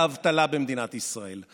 בשיא האבטלה במדינת ישראל,